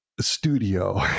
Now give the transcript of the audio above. studio